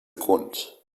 grund